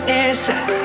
inside